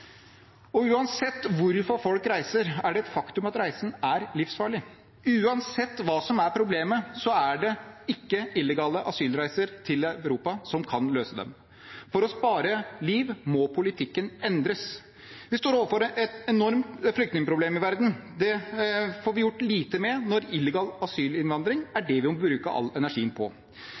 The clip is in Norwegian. Uansett hvorfor folk reiser, er det et faktum at reisen er livsfarlig. Uansett hva som er problemet, er det ikke illegale asylreiser til Europa som kan løse det. For å spare liv må politikken endres. Vi står overfor et enormt flyktningproblem i verden. Det får vi gjort lite med når illegal asylinnvandring er det vi må bruke all energien på.